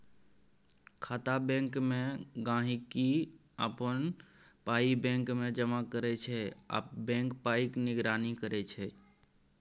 खाता बैंकमे गांहिकी अपन पाइ बैंकमे जमा करै छै आ बैंक पाइक निगरानी करै छै